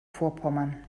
vorpommern